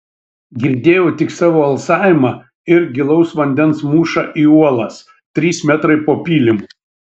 girdėjau tik savo alsavimą ir gilaus vandens mūšą į uolas trys metrai po pylimu